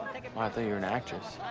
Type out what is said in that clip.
like um i thought you were an actress.